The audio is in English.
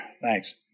thanks